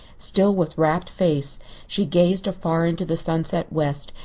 still with rapt face she gazed afar into the sunset west,